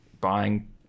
buying